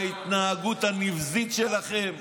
את ההתנהגות הנבזית שלכם.